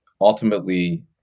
ultimately